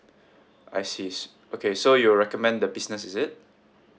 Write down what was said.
I see s~ okay so you'll recommend the business is it